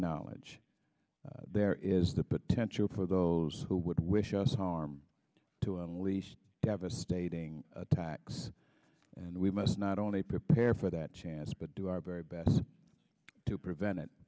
knowledge there is the potential for those who would wish us harm to unleash devastating attacks and we must not only prepare for that chance but do our very best to prevent it